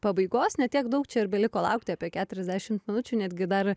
pabaigos ne tiek daug čia ir beliko laukti apie keturiasdešimt minučių netgi dar